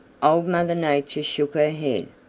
old mother nature shook her head.